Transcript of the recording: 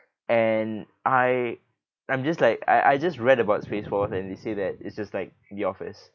and I I'm just like I I just read about space force and they say that it's just like the office